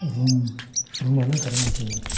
room रुमानो होखादों माथो